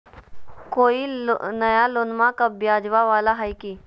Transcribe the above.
कोइ नया लोनमा कम ब्याजवा वाला हय की?